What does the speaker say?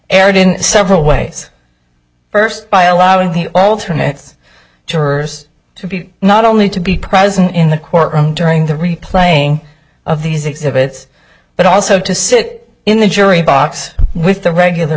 erred in several ways first by allowing the alternate jurors to be not only to be present in the courtroom during the replaying of these exhibits but also to sit in the jury box with the regular